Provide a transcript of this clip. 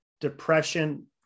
depression